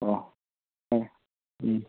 ꯑꯣ ꯍꯣꯏ ꯎꯝ